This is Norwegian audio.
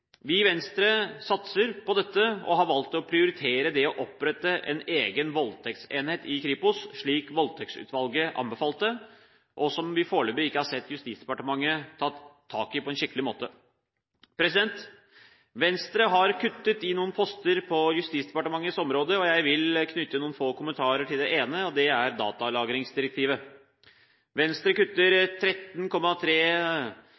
Vi i Venstre satser på dette, og vi har valgt å prioritere å opprette en egen voldtektsenhet i Kripos, slik Voldtektsutvalget anbefalte, og som vi foreløpig ikke har sett at Justisdepartementet har tatt tak i på en skikkelig måte. Venstre har kuttet i noen poster på Justisdepartementets område, og jeg vil knytte noen få kommentarer til det ene – datalagringsdirektivet. Venstre kutter 13,3 mill. kr til innføring av EUs datalagringsdirektiv. Venstre